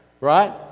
Right